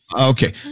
Okay